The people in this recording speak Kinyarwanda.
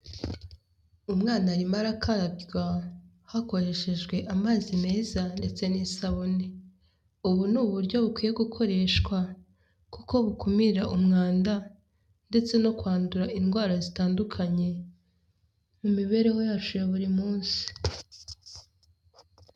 Umwana arimo arakabywa hakoreshejwe amazi meza ndetse n'isabune. Ubu ni uburyo bukwiye gukoreshwa, kuko bukumira umwanda ndetse no kwandura indwara zitandukanye mu mibereho yacu ya buri munsi.